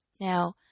Now